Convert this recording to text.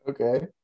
Okay